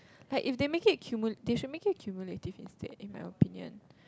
like if they make it cumulative they should make it cumulative instead in my opinion